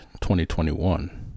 2021